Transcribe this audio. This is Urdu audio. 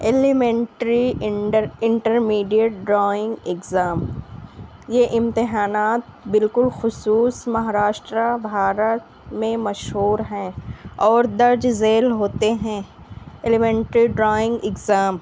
elementary and intermediate drawing exam یہ امتحانات بالکل خصوص مہاراشٹرا بھارت میں مشہور ہیں اور درج ذیل ہوتے ہیں ایلیمنٹری ڈرائنگ اگزام